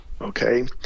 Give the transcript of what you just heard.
okay